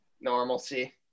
Normalcy